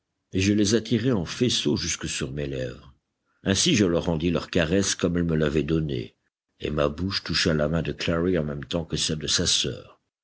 et je les attirai en faisceau jusque sur mes lèvres ainsi je leur rendis leur caresse comme elles me l'avaient donnée et ma bouche toucha la main de clary en même temps que celle de sa sœur